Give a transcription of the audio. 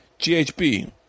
GHB